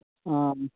ᱦᱮᱸ